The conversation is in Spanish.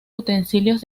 utensilios